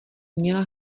měla